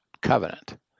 covenant